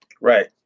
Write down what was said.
Right